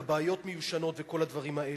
על כבאיות מיושנות וכל הדברים האלה.